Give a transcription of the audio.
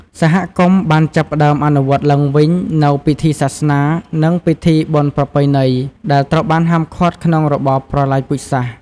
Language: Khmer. សហគមន៍បានចាប់ផ្តើមអនុវត្តឡើងវិញនូវពិធីសាសនា និងពិធីបុណ្យប្រពៃណី ដែលត្រូវបានហាមឃាត់ក្នុងរបបប្រល័យពូជសាសន៍។